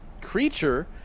creature